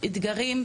אתגרים,